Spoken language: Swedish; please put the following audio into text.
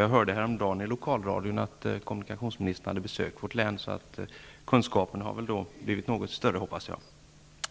Jag hörde häromdagen i lokalradion att kommunikationsministern hade besökt vårt län, så jag hoppas att kunskapen har blivit något större.